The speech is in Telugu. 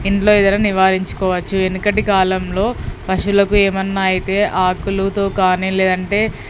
ఇళ్ళ దగ్గర నివారించుకోవచ్చు వెనుకటి కాలంలో పశువులకు ఏమైనా అయితే ఆకులుతో కానీ లేదంటే